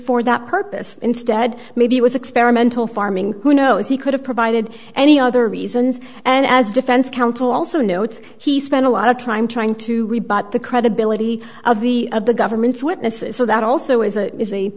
for that purpose instead maybe it was experimental farming who knows he could have provided any other reasons and as defense counsel also notes he spent a lot of time trying to rebut the credibility of the of the government's witnesses so that also is a